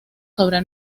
sobre